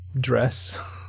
dress